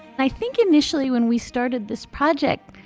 i think initially when we started this project,